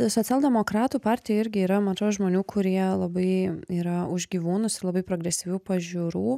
socialdemokratų partijoj irgi yra man atrodo žmonių kurie labai yra už gyvūnus ir labai progresyvių pažiūrų